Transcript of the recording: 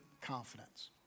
confidence